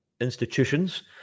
institutions